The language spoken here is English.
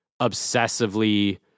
obsessively